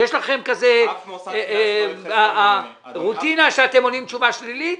יש לכם כזו רוטינה שאתם עונים תשובה שלילית?